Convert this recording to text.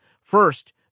First